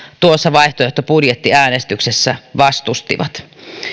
vaihtoehtobudjettiäänestyksessä vastustivat